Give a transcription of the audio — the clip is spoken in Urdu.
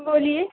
بولیے